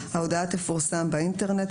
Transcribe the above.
ההודעה תפורסם באינטרנט,